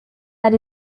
that